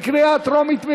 בקריאה טרומית.